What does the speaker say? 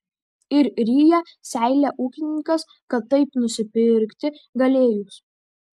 ir ryja seilę ūkininkas kad taip nusipirkti galėjus